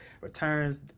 returns